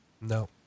No